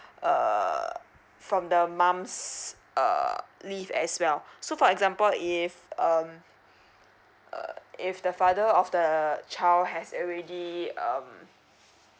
uh from the moms uh leave as well so for example if um uh if the father of the child has already um